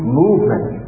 movement